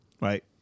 right